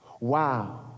wow